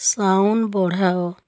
sound ବଢ଼ାଅ